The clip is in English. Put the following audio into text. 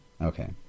Okay